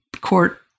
court